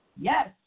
Yes